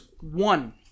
one